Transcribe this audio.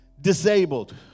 disabled